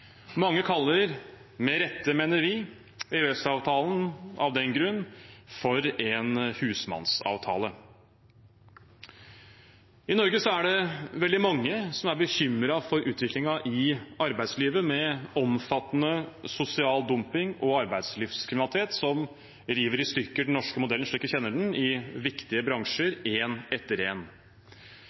Mange kaller av den grunn EØS-avtalen – med rette, mener vi – for en husmannsavtale. I Norge er det veldig mange som er bekymret for utviklingen i arbeidslivet, med omfattende sosial dumping og arbeidslivskriminalitet som river i stykker den norske modellen slik vi kjenner den, i viktige bransjer – én etter